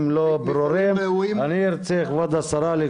הדבר השני,